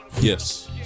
Yes